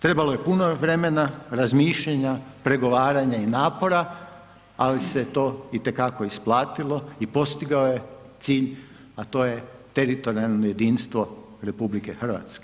Trebalo je puno vremena razmišljanja, pregovaranja i napora ali se to itekako isplatilo i postigao je cilj, a to je teritorijalno jedinstvo RH.